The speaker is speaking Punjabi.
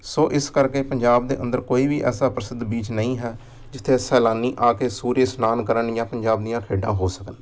ਸੋ ਇਸ ਕਰਕੇ ਪੰਜਾਬ ਦੇ ਅੰਦਰ ਕੋਈ ਵੀ ਐਸਾ ਪ੍ਰਸਿੱਧ ਬੀਚ ਨਹੀਂ ਹੈ ਜਿੱਥੇ ਸੈਲਾਨੀ ਆ ਕੇ ਸੂਰਿਆ ਇਸ਼ਨਾਨ ਕਰਨ ਜਾਂ ਪੰਜਾਬ ਦੀਆਂ ਖੇਡਾਂ ਹੋ ਸਕਣ